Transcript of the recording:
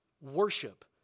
Worship